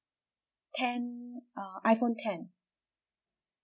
ten uh iphone ten